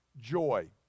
joy